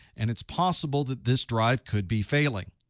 and it's possible that this drive could be failing.